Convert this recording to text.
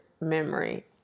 memory